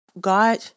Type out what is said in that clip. god